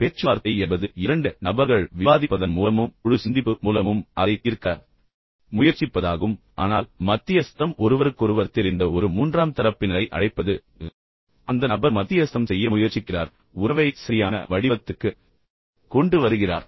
பேச்சுவார்த்தை என்பது இரண்டு நபர்கள் ஒன்றாக உட்கார்ந்து பேசுவதன் மூலமும் விவாதிப்பதன் மூலமும் குழுசிந்திப்பு மூலமும் அதை தீர்க்க முயற்சிப்பதாகும் ஆனால் மத்தியஸ்தம் பெரும்பாலும் ஒருவருக்கொருவர் தெரிந்த ஒரு மூன்றாம் தரப்பினரை அழைப்பது பின்னர் அந்த நபர் மத்தியஸ்தம் செய்ய முயற்சிக்கிறார் பின்னர் உறவை மீண்டும் சரியான வடிவத்திற்கு கொண்டு வருகிறார்